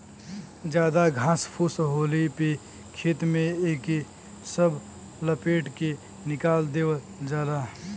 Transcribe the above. जादा घास फूस होले पे खेत में एके सब लपेट के निकाल देवल जाला